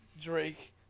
Drake